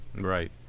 right